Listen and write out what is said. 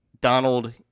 Donald